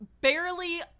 barely